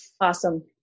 Awesome